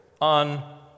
on